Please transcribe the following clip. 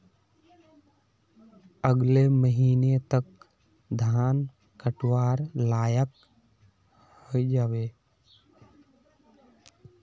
अगले महीने तक धान कटवार लायक हई जा बे